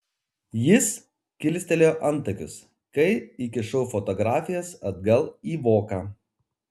jis kilstelėjo antakius kai įkišau fotografijas atgal į voką